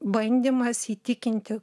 bandymas įtikinti